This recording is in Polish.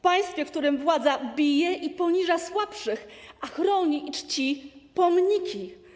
Państwo, w którym władza bije i poniża słabszych, a chroni i czci pomniki.